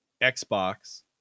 Xbox